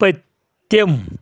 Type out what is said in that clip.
پٔتِم